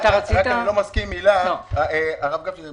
הרב גפני,